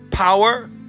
power